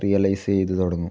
realise ചെയ്ത് തുടങ്ങും